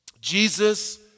Jesus